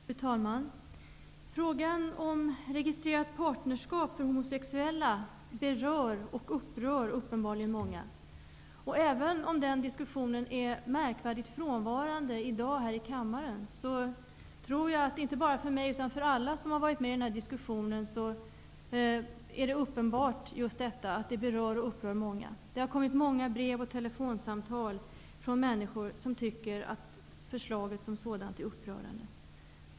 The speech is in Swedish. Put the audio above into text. Fru talman! Frågan om registrerat partnerskap för homosexuella berör och upprör uppenbarligen många. Även om den diskussionen är märkvärdigt frånvarande här i kammaren i dag, tror jag att det inte bara för mig utan för alla som har varit med i denna diskussion är uppenbart att den berör och upprör många. Det har kommit många brev och telefonsamtal från människor som tycker att förslaget som sådant är upprörande.